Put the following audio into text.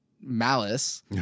malice